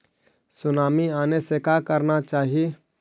Tsunami आने से का करना चाहिए?